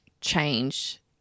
change